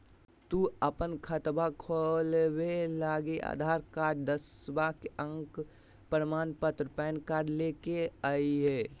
तू अपन खतवा खोलवे लागी आधार कार्ड, दसवां के अक प्रमाण पत्र, पैन कार्ड ले के अइह